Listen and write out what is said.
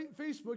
Facebook